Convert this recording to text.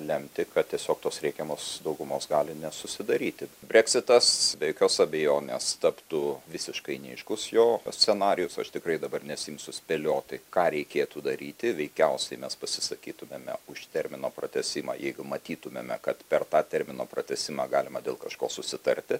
lemti kad tiesiog tos reikiamos daugumos gali nesusidaryti breksitas be jokios abejonės taptų visiškai neaiškus jo scenarijus aš tikrai dabar nesiimsiu spėlioti ką reikėtų daryti veikiausiai mes pasisakytumėme už termino pratęsimą jeigu matytumėme kad per tą termino pratęsimą galima dėl kažko susitarti